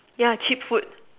yeah cheap food